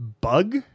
Bug